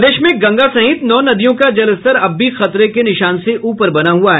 प्रदेश मे गंगा सहित नौ नदियों का जलस्तर अब भी खतरे के निशान से ऊपर बना हुआ है